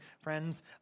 friends